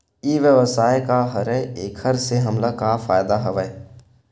ई व्यवसाय का हरय एखर से हमला का फ़ायदा हवय?